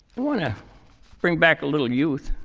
want to bring back a little youth,